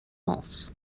moss